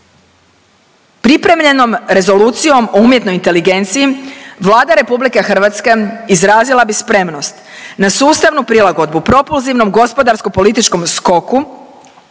Pripremljenom Rezolucijom o umjetnoj inteligenciji Vlada RH izrazila bi spremnost na sustavnu prilagodbu propulzivnom gospodarsko-političkom skoku